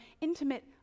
intimate